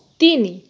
ତିନି